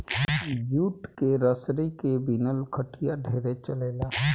jute के रसरी के बिनल खटिया ढेरे चलेला